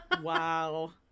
Wow